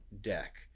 deck